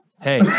Hey